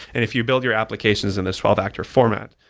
and if you build your applications in this twelve factor format,